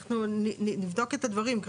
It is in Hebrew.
אנחנו נבדוק את הדברים.